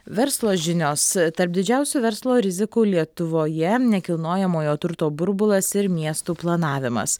verslo žinios tarp didžiausių verslo rizikų lietuvoje nekilnojamojo turto burbulas ir miestų planavimas